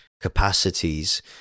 capacities